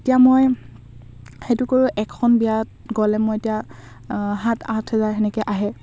এতিয়া মই সেইটো কৰোঁ এখন বিয়াত গ'লে মই এতিয়া সাত আঠ হেজাৰ তেনেকৈ আহে